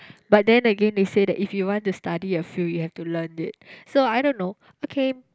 but then again they say that if you want to study a field you have to learn it so I don't know okay